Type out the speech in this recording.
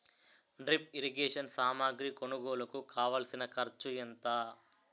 drip irrigation సామాగ్రి కొనుగోలుకు కావాల్సిన ఖర్చు ఎంత